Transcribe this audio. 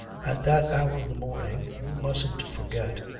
at that hour of the morning, you mustn't forget,